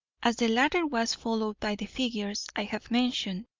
as the latter was followed by the figures i have mentioned,